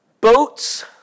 boats